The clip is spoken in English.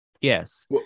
yes